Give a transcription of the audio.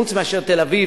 חוץ מאשר תל-אביב,